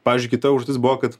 pavyzdžiui kita užduotis buvo kad